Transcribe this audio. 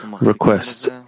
request